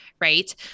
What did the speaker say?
Right